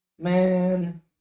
Man